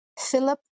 Philip